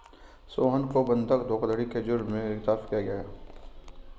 सोहन को बंधक धोखाधड़ी के जुर्म में गिरफ्तार किया गया